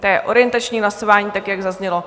Je to orientační hlasování, tak jak zaznělo.